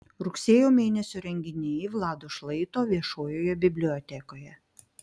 rugsėjo mėnesio renginiai vlado šlaito viešojoje bibliotekoje